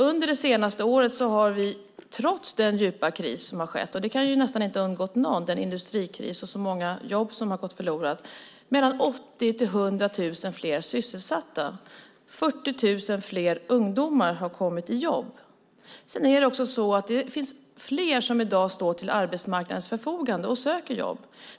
Under det senaste året har vi, trots den djupa krisen och den industrikris som inte kan ha undgått någon och där så många jobb som har gått förlorade, fått mer än 80 000-100 000 fler sysselsatta. 40 000 fler ungdomar har kommit i jobb. Det finns fler som i dag står till arbetsmarknadens förfogande och söker jobb.